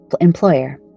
employer